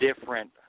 different